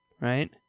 right